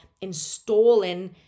installing